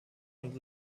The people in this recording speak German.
und